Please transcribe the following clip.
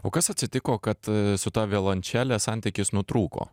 o kas atsitiko kad su ta violončele santykis nutrūko